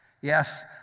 Yes